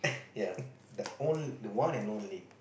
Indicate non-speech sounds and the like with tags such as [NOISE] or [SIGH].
[NOISE] yea the on~ the one and only